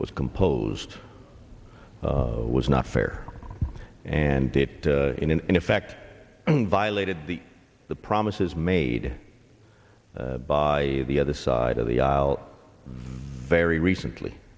was composed was not fair and that in an effect violated the the promises made by the other side of the aisle very recently